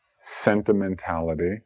sentimentality